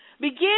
begin